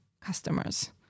Customers